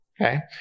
Okay